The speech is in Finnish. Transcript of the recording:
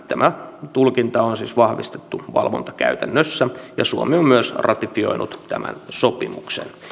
tämä tulkinta on siis vahvistettu valvontakäytännössä ja suomi on myös ratifioinut tämän sopimuksen